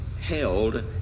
held